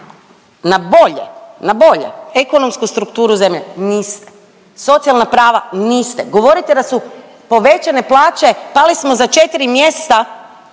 na bolje, na bolje ekonomsku strukturu zemlje, niste. Socijalna prava, niste. Govorite da su povećane plaće, pali smo za 4 mjesta